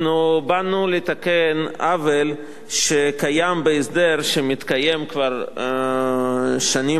אנחנו באים לתקן עוול בהסדר שמתקיים כבר שנים